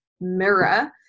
mirror